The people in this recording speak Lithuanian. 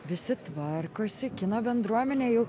visi tvarkosi kino bendruomenė jau